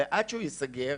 ועד שהוא ייסגר,